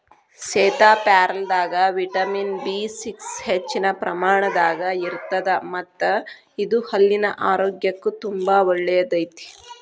ಸೇತಾಪ್ಯಾರಲದಾಗ vitamin B six ಹೆಚ್ಚಿನ ಪ್ರಮಾಣದಾಗ ಇರತ್ತದ ಮತ್ತ ಇದು ಹಲ್ಲಿನ ಆರೋಗ್ಯಕ್ಕು ತುಂಬಾ ಒಳ್ಳೆಯದೈತಿ